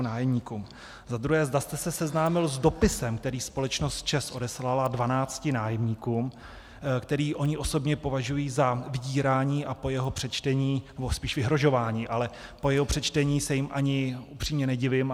Za druhé, zda jste se seznámil s dopisem, který společnost ČEZ odeslala dvanácti nájemníkům, který oni osobně považují za vydírání a po jeho přečtení nebo spíš vyhrožování a po jeho přečtení se jim ani upřímně nedivím.